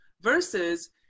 Versus